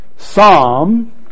Psalm